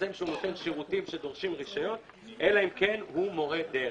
מפרסם שהוא נותן שירותים שדורשים רישיון אלא אם הוא מורה דרך.